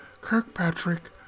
Kirkpatrick